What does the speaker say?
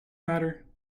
matter